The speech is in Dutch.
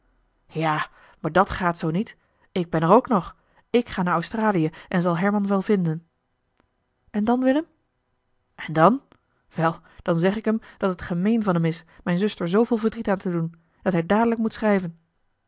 ja maar dat gaat zoo niet ik ben er ook nog ik ga naar australië en zal herman wel vinden en dan willem en dan wel dan zeg ik hem dat het gemeen van hem is mijne zuster zooveel verdriet aan te doen dat hij dadelijk moet schrijven